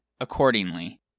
accordingly